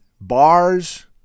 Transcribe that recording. bars